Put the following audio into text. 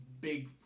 big